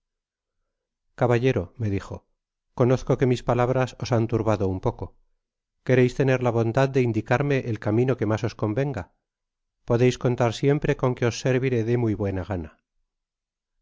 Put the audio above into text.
caballero me dijo conozco que mis palabras os han turbado uc poco quereis tener la bondad de indicarme el camino que mas os convenga podeis convar siempre con que os serviré de muy buena gana